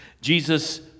jesus